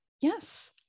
Yes